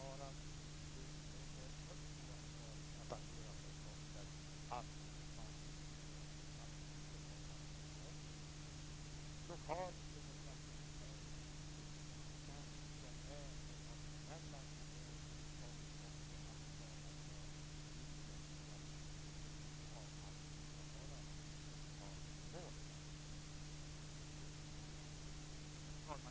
Fru talman!